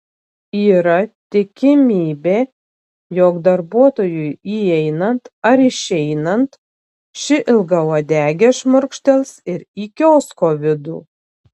yra tikimybė jog darbuotojui įeinant ar išeinant ši ilgauodegė šmurkštels ir į kiosko vidų